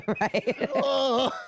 Right